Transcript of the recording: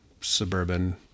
suburban